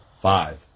Five